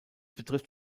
betrifft